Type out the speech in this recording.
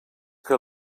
que